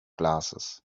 glasses